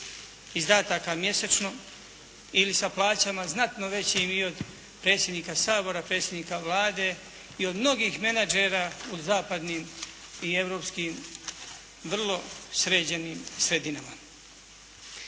izdataka mjesečno ili sa plaćama znatno većim i od predsjednika Sabora, predsjednika Vlade i od mnogih menađera u zapadnim i europskim vrlo sređenim sredinama.